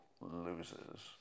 loses